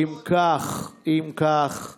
דיון במליאה.